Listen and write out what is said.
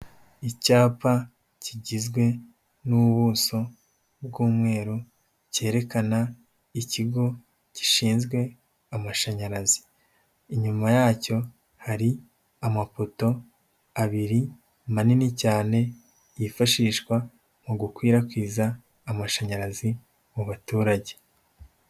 Icyapa kigizwe n'ubuso bw'umweru, cyerekana ikigo gishinzwe amashanyarazi, inyuma yacyo hari amapoto abiri manini cyane yifashishwa mu gukwirakwiza amashanyarazi mu baturage.